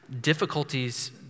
difficulties